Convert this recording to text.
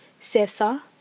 Setha